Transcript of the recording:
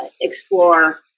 explore